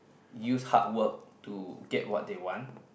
use hardwork to get what they want